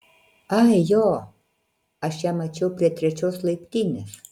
ai jo aš ją mačiau prie trečios laiptinės